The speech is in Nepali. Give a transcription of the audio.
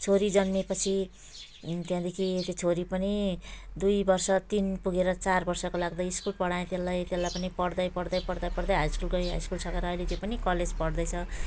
छोरी जन्मेपछि त्यहाँदेखि त्यो छोरी पनि दुई वर्ष तिन पुगेर चार वर्षको लाग्दै स्कुल पढाएँ त्यसलाई त्यसलाई पनि पढ्दै पढ्दै पढ्दै पढ्दै हाई स्कुल गयो हाई स्कुल सकेर अहिले त्यो पनि कलेज पढ्दैछ